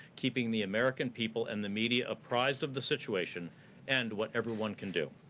keeping the american people and the media apraised of the situation and what everyone can do.